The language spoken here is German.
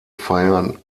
feiern